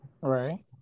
Right